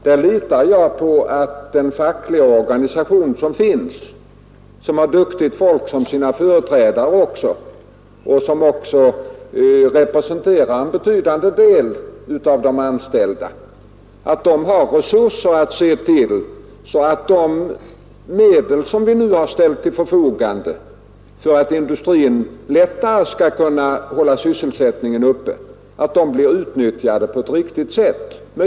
Jag litar på att den fackliga organisation som finns — som har duktigt folk till sina företrädare och som också representerar en betydande del av de anställda — har resurser att se till att de medel vi nu ställt till förfogande för att industrin lättare skall kunna upprätthålla sysselsättningen blir utnyttjade på ett riktigt sätt.